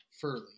Furley